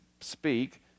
speak